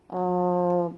err